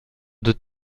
deux